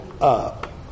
up